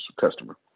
customer